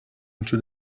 into